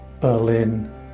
Berlin